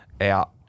out